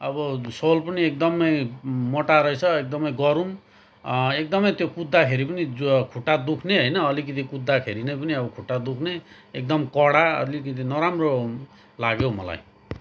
अब सोल पनि एकदमै मोटा रहेछ एकदमै गरुङ एकदमै त्यो कुद्दाखेरि पनि खुट्टा दुख्ने होइन अलिकति कुद्दाखेरि नै पनि अब खुट्टा दुख्ने एकदम कडा अलिकति नराम्रो लाग्यो हौ मलाई